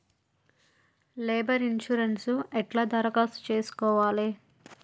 Labour insurance ఎట్ల దరఖాస్తు చేసుకోవాలే?